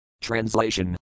Translation